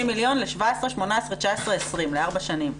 50 מיליון ל-2017, 2018, 2019, 2020. לארבע שנים.